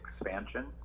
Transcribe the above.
expansion